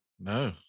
No